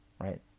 right